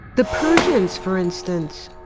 the persians, for instance,